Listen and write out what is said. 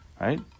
right